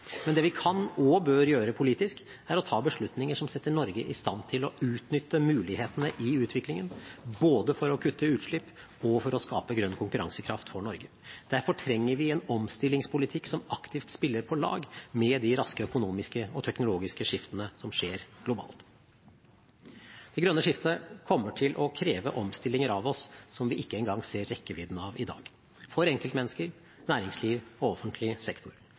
Men det vi kan og bør gjøre politisk, er å ta beslutninger som setter Norge i stand til å utnytte mulighetene i utviklingen – både for å kutte utslipp og for å skape grønn konkurransekraft for Norge. Derfor trenger vi en omstillingspolitikk som aktivt spiller på lag med de raske økonomiske og teknologiske skiftene som skjer globalt. Det grønne skiftet kommer til å kreve omstillinger av oss som vi ikke en gang ser rekkevidden av i dag, for enkeltmennesker, næringsliv og offentlig sektor.